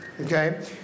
okay